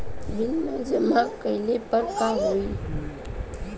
Bill न जमा कइले पर का होई?